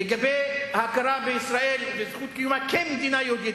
לגבי ההכרה בישראל ולגבי זכות קיומה כמדינה יהודית,